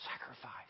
sacrifice